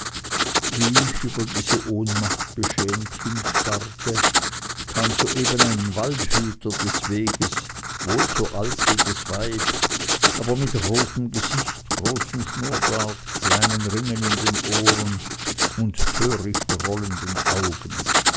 wie ich über diese ohnmacht beschämt hinstarrte kam soeben ein waldhüter des weges wohl so alt wie das weib aber mit rotem gesicht großem schnurrbart kleinen ringen in den ohren und töricht rollenden augen